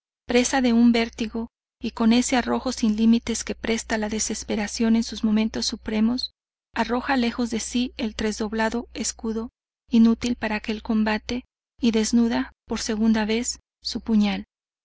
presa de un vértigo y con ese arrojo sin limites que presta la desesperación en sus momentos supremos arroja lejos de si el tresdoblado escudo inútil para aquel combate y desnuda por segunda vez su puñal